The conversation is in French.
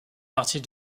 parties